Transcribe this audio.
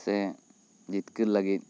ᱥᱮ ᱡᱤᱛᱠᱟᱹᱨ ᱞᱟᱹᱜᱤᱫ